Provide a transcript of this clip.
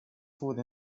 food